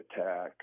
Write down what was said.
attack